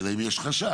אלא אם יש חשש.